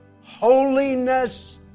Holiness